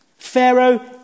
Pharaoh